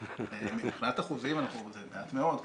מבחינת אחוזים זה מעט מאוד,